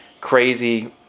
crazy